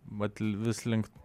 vat vis link